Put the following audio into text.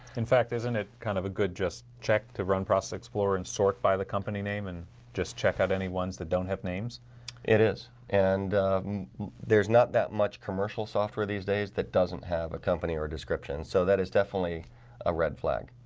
in fact, isn't it? kind of a good just check to run process explore and sort by the company name and just check out any ones that don't have names it is and there's not that much commercial software these days that doesn't have a company or description. so that is definitely a red flag